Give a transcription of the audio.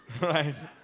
Right